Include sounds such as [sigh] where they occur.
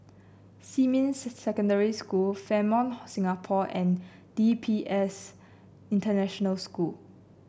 Xinmin [unintelligible] Secondary School Fairmont Singapore and D P S International School